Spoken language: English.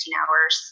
hours